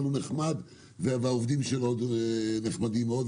הוא נחמד והעובדים שלו נחמדים מאוד,